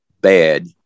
bad